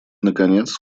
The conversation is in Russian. наконец